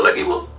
ah it will